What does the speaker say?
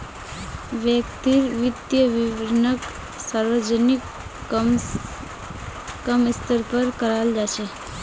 व्यक्तिर वित्तीय विवरणक सार्वजनिक क म स्तरेर पर कराल जा छेक